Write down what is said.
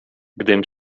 gdym